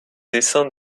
dessins